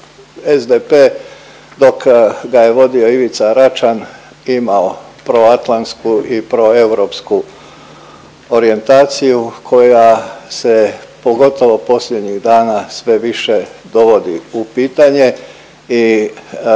SDP dok ga je vodio Ivica Račan imao proatlantsku i proeuropsku orijentaciju koja se pogotovo posljednjih dana sve više dovodi u pitanje i ne